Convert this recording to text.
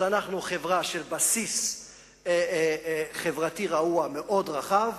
אז אנחנו חברה של בסיס חברתי רעוע מאוד רחב,